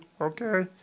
Okay